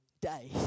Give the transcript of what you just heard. day